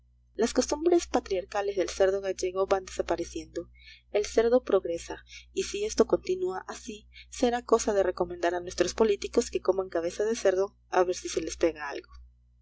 las costumbres patriarcales del cerdo gallego van desapareciendo el cerdo progresa y si esto continúa así será cosa de recomendar a nuestros políticos que coman cabeza de cerdo a ver si se les pega algo